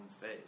face